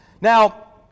Now